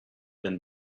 than